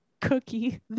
Cookie